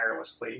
wirelessly